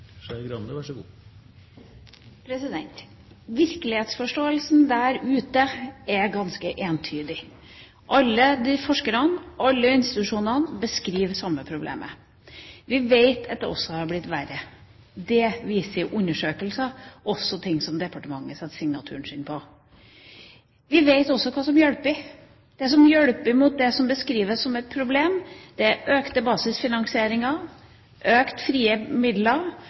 ganske entydig. Alle forskerne, alle institusjonene beskriver det samme problemet. Vi vet at det også har blitt verre. Det viser undersøkelser, også som departementet setter signaturen sin på. Vi vet også hva som hjelper. Det som hjelper mot det som beskrives som et problem, er økte basisfinansieringer, økte frie midler,